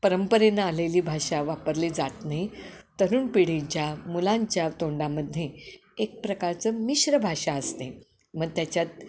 परंपरेनं आलेली भाषा वापरली जात नाही तरुण पिढीच्या मुलांच्या तोंडामध्ये एक प्रकारचं मिश्र भाषा असते मग त्याच्यात